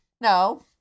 No